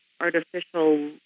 artificial